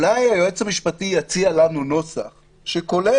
אז אולי היועץ המשפטי יציע לנו נוסח שכולל